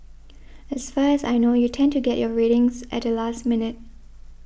as far as I know you tend to get your ratings at the last minute